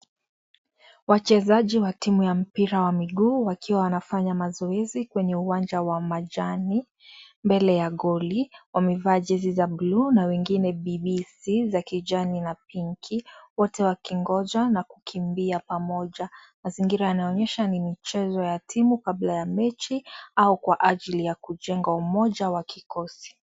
Wachezaji wa timu ya mpira wa miguu wakiwa wanafanya mazoezi kwenye uwanja wa majani mbele ya goli. Wamevaa jezi za bluu na wengine bibisi za kijani na pinki wote wakingoja na kukimbia pamoja , mazingira inaonyesha ni michezo ya timu kabla ya mechi au kwa ajili ya kujenga umoja wa kikosi.